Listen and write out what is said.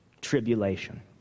tribulation